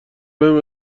بهم